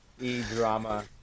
e-drama